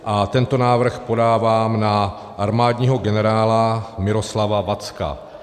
A tento návrh podávám na armádního generála Miroslava Vacka.